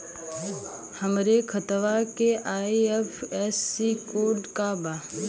हमरे खतवा के आई.एफ.एस.सी कोड का बा?